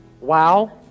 wow